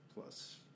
plus